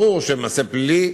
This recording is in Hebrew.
ברור שזה מעשה פלילי.